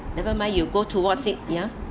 never mind you go towards it ya